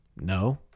No